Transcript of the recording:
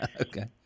okay